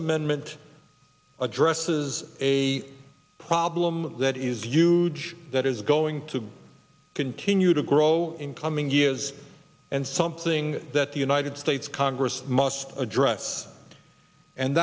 amendment addresses a problem that is huge that is going to continue to grow in coming years and something that the united states congress must address and